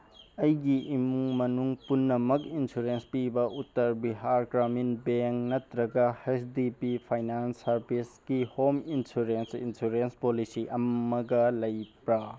ꯑꯩꯒꯤ ꯏꯃꯨꯡ ꯃꯅꯨꯡ ꯄꯨꯝꯅꯃꯛ ꯏꯟꯁꯨꯔꯦꯟꯁ ꯄꯤꯕ ꯎꯇꯔ ꯕꯤꯍꯥꯔ ꯒ꯭ꯔꯥꯃꯤꯟ ꯕꯦꯡ ꯅꯠꯇ꯭ꯔꯒ ꯍꯩꯁ ꯗꯤ ꯄꯤ ꯐꯩꯅꯥꯟꯁ ꯁꯥꯔꯚꯤꯁꯀꯤ ꯍꯣꯝ ꯏꯟꯁꯨꯔꯦꯟꯁ ꯏꯟꯁꯨꯔꯦꯟꯁ ꯄꯣꯂꯤꯁꯤ ꯑꯃꯒ ꯂꯩꯕ꯭ꯔꯥ